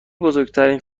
بزرگترین